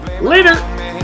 Later